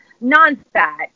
non-fat